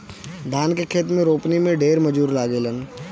धान के खेत में रोपनी में ढेर मजूर लागेलन